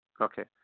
Okay